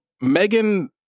Megan